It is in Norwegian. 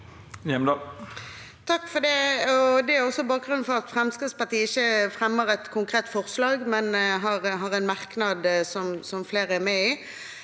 Det er også bakgrun- nen for at Fremskrittspartiet ikke fremmer et konkret forslag, men har en merknad som flere er med på.